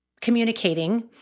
communicating